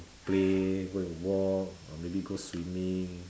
play go and walk or maybe go swimming